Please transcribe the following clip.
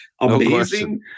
Amazing